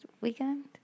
weekend